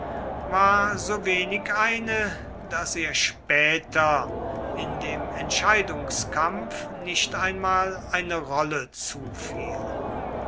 war so wenig eine daß ihr später in dem entscheidungskampf nicht einmal eine rolle zufiel